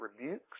rebukes